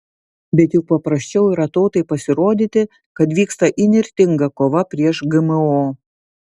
bet juk paprasčiau yra tautai pasirodyti kad vyksta įnirtinga kova prieš gmo